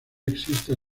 exista